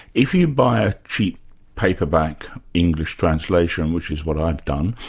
if you buy a cheap paperback english translation, which is what i've done,